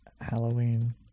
Halloween